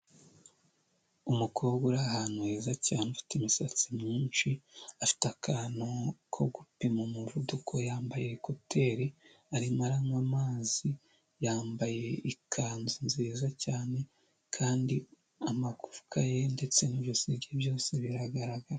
Umukobwa uri ahantu heza cyane ufite imisatsi myinshi afite akantu ko gupima umuvuduko yambaye ekuteri, arimo aranywa amazi, yambaye ikanzu nziza cyane kandi amagufwa ye ndetse n'ijosi bye byose biragaragara.